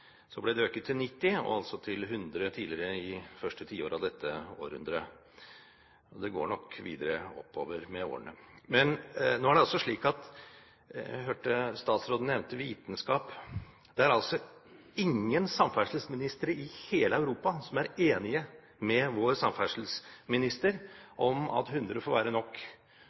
Så ble den økt til 90 km/t, og altså til 100 km/t tidligere i første tiår av dette århundret. Det går nok videre oppover med årene. Men nå hørte jeg statsråden nevnte vitenskap. Det er altså ingen samferdselsminister i hele Europa som er enig med vår samferdselsminister om at 100 km/t får være nok